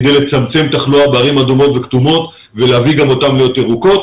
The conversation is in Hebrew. כדי לצמצם תחלואה בערים אדומות וכתומות ולהביא גם אותם להיות ירוקות.